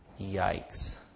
Yikes